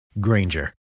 Granger